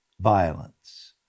violence